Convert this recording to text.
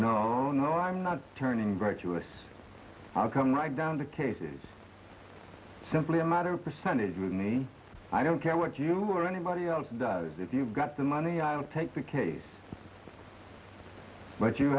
d no i'm not turning great us i'll come right down to cases simply a matter percentage with me i don't care what you or anybody else does if you've got the money i'll take the case but you